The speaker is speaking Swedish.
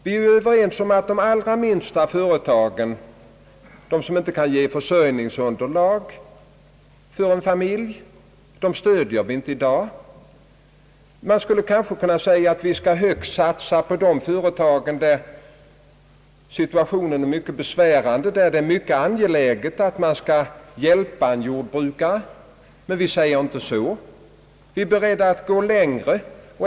Vi är överens om att inte stödja de allra minsta företagen, de som inte kan ge försörjningsunderlag för en familj. Man kanske kan säga att vi skall satsa högst på de företag där situationen är mycket svår och där det är mycket angeläget att hjälpa jordbrukaren. Men vi ser inte saken så — vi är beredda att gå längre.